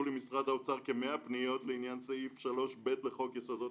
למשרד האוצר כמאה פניות לעניין סעיף 3ב לחוק יסודות